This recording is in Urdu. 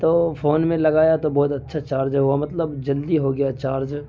تو فون میں لگایا تو بہت اچّھا چارج ہوا مطلب جلدی ہوگیا چارج